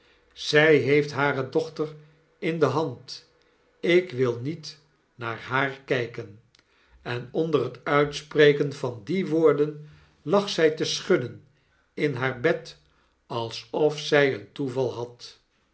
zy heeft hare dochter in de hand ik wil niet naar haar kyken en onder het uitspreken van die woorden lag zij te schudden in haar bed alsof zy een toeval had